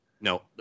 No